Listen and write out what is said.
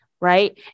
right